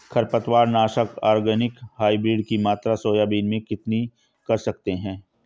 खरपतवार नाशक organic hybrid की मात्रा सोयाबीन में कितनी कर सकते हैं?